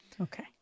Okay